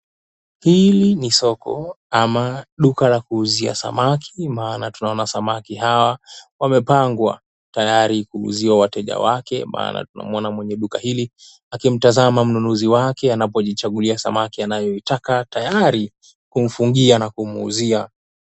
Hili ni soko ama duka la kuuzia samaki. Maana tunaona samaki hawa wapepangwa tayari kuuzia wateja wake, maana tunamuona mwenye duka hili akitazama mnunuzi wake anapojichagulia samaki anayoitaka, tayari kumfungia na kumuuzia.